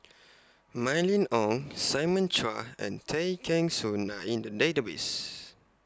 Mylene Ong Simon Chua and Tay Kheng Soon Are in The Database